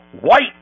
WHITE